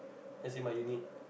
as in my unit